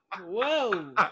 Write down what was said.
Whoa